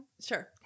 Sure